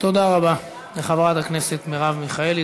תודה רבה לחברת הכנסת מרב מיכאלי,